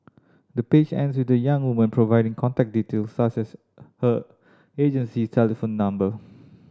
the page ends with the young woman providing contact detail such as her agency telephone number